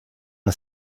the